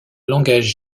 langage